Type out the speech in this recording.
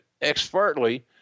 expertly